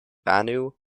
banu